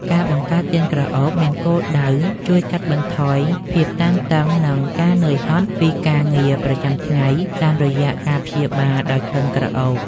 ការបង្កើតទៀនក្រអូបមានគោលដៅជួយកាត់បន្ថយភាពតានតឹង និងការនឿយហត់ពីការងារប្រចាំថ្ងៃ តាមរយៈការព្យាបាលដោយក្លិនក្រអូប។